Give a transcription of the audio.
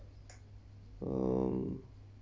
um